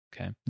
okay